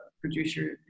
producer